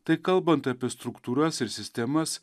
tai kalbant apie struktūras ir sistemas